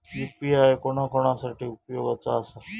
UPI कोणा कोणा साठी उपयोगाचा आसा?